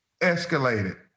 escalated